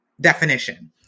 definition